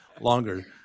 longer